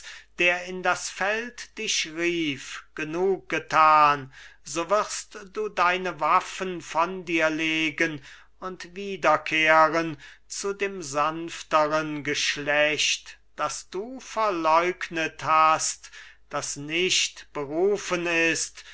der in das feld dich rief genuggetan so wirst du deine waffen von dir legen und wiederkehren zu dem sanfteren geschlecht das du verleugnet hast das nicht berufen ist